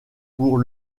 pour